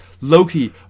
Loki